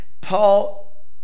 Paul